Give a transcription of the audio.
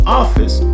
office